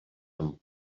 amb